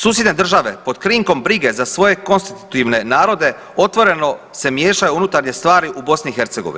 Susjedne države pod krinkom brige za svoje konstitutivne narode otvoreno se miješaju u unutarnje stvari u BiH.